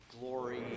Glory